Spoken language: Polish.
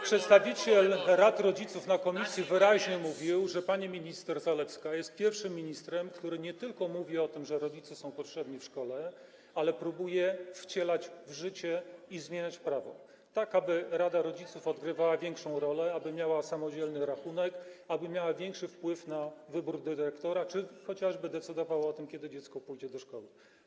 Przedstawiciel rad rodziców na posiedzeniu komisji wyraźnie mówił, że pani minister Zalewska jest pierwszym ministrem, który nie tylko mówi o tym, że rodzice są potrzebni w szkole, ale też próbuje wcielać w życie i zmieniać prawo tak, aby rada rodziców odgrywała większą rolę, aby miała samodzielny rachunek, aby miała większy wpływ na wybór dyrektora czy chociażby decydowała o tym, kiedy dziecko pójdzie do szkoły.